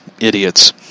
idiots